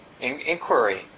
inquiry